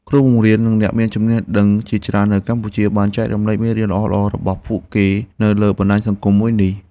គ្រូបង្រៀន និងអ្នកមានចំណេះដឹងជាច្រើននៅកម្ពុជាបានចែករំលែកមេរៀនល្អៗរបស់ពួកគេនៅលើបណ្តាញសង្គមមួយនេះ។